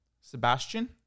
Sebastian